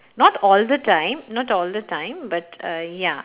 not all the time not all the time but uh ya